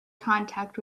contact